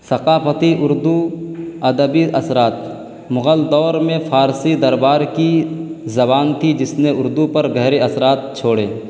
ثقافتی اردو ادبی اثرات مغل دور میں فارسی دربار کی زبان تھی جس نے اردو پر گہرے اثرات چھوڑے